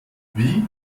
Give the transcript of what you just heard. wie